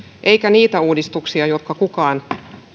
eikä niitä uudistuksia joita kukaan